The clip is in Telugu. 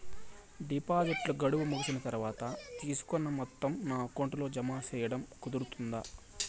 డిపాజిట్లు గడువు ముగిసిన తర్వాత, తీసుకున్న మొత్తం నా అకౌంట్ లో జామ సేయడం కుదురుతుందా?